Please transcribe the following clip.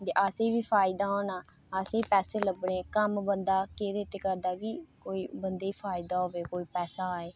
ते असेंगी बी फायदा होना असेंगी पैसे लब्भने कम्म बंदा केह्दे आस्तै करदा की कोई बंदे गी फादा होऐ कोई पैसा आए